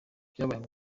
byabaye